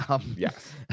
Yes